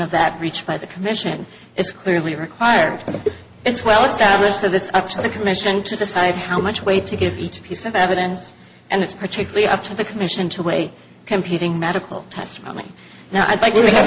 of that reached by the commission is clearly required it's well established of it's up to the commission to decide how much weight to give each piece of evidence and it's particularly up to the commission to weigh competing medical testimony now i'd like